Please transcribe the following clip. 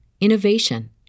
innovation